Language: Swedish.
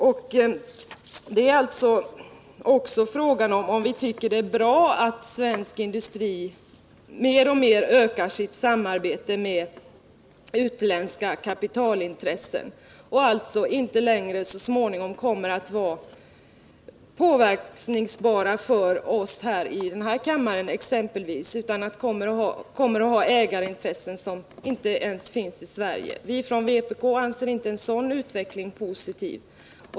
Frågan är då om vi tycker att det är bra att svensk industri mer och mer ökar sitt samarbete med utländska kapitalintressen och alltså i framtiden inte längre kommer att kunna påverkas av exempelvis oss i den här kammaren. Industrin kommer då att ha ägarintressen som inte ens finns i Sverige. Vi från vpk anser inte en sådan utveckling vara positiv.